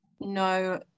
No